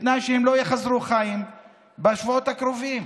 בתנאי שהם לא יחזרו בשבועות הקרובים.